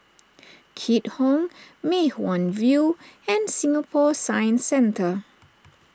Keat Hong Mei Hwan View and Singapore Science Centre